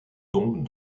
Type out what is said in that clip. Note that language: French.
tombe